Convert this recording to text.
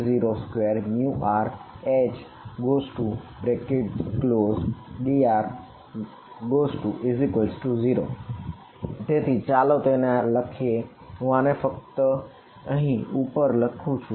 ∇×1rr∇×Hr k02rHdr0 તેથી ચાલો તેને લખીએ હું આને ફક્ત અહીં ઉપર લખું છું